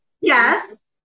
yes